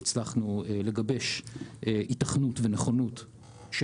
בשנה האחרונה הצלחנו לגבש היתכנות ונכונות של